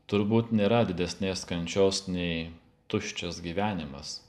turbūt nėra didesnės kančios nei tuščias gyvenimas